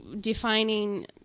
defining